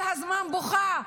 כל הזמן בוכה.